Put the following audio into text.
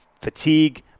fatigue